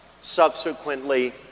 subsequently